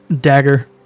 dagger